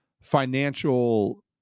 financial